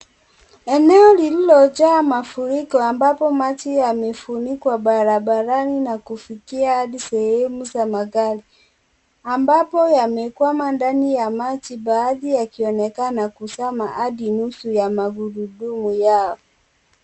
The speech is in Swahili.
Eneo lililojaa mafuriko ambapo majina yamefunikwa barabarani na kufikia hadi sehemu za magari ambapo yamekwama ndani ya maji baadhi ya yakionekana kuzama hadi nusu ya magurudumu yao.